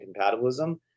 compatibilism